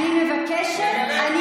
גם